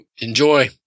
Enjoy